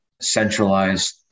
centralized